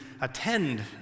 attend